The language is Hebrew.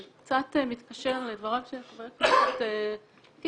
וזה קצת מתקשר לדבריו של חבר הכנסת קיש,